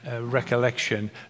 recollection